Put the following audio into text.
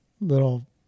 little